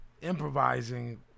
improvising